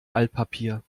altpapier